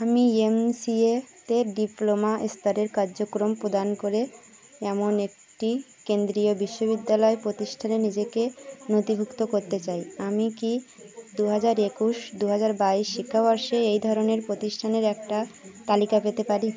আমি এমসিএতে ডিপ্লোমা স্তরের কার্যক্রম প্রদান করে এমন একটি কেন্দ্রীয় বিশ্ববিদ্যালয় প্রতিষ্ঠানে নথিভুক্ত করতে চাই আমি কি দু হাজার একুশ দু হাজার বাইশ শিক্ষাবর্ষে এই ধরনের প্রতিষ্ঠানের একটা তালিকা পেতে পারি